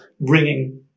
bringing